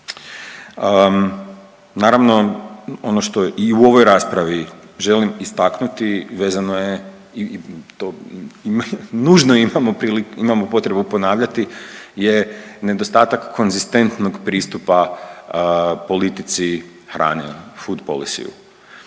Naravno ono što i u ovoj raspravi želim istaknuti vezano je i to nužno imamo potrebu ponavljati je nedostatak konzistentnog pristupa politici hrane Foodpolis.